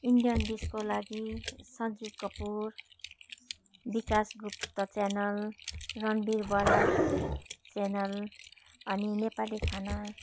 Indian disco लागि Sanjib Kapoor Vikas Gupta channel Ranveer Baral channel अनि नेपाली खाना